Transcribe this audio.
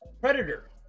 Predator